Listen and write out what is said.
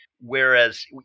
Whereas